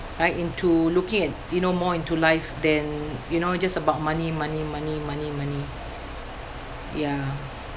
right into looking at you know more into life than you know just about money money money money money ya